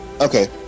Okay